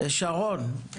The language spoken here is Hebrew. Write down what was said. שרון, בבקשה.